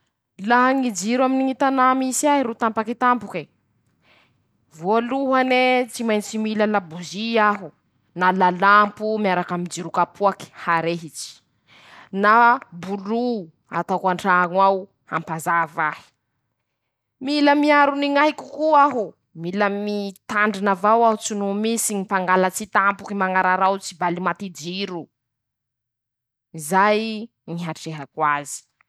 Laha ñy jiro aminy ñy tanà misy ahy ro tampaky tampoke: -Voalohane ,tsy maintsy mila labozy aho ,na lalampo miaraky amy jiri kapoaky ,harehitsy ,na bolo ,ataoko an-traño ao ,hampazava ahy, mila miarony ñ'aiko koa aho ,mila mitandrina avao tsy no ho misy ñy mangalatsy tampoky mañararaotsy baly maty jiro ,zay ñ'ihatrehako azy.